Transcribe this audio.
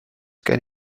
gen